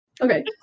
Okay